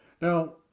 Now